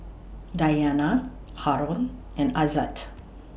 Dayana Haron and Aizat